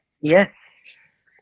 Yes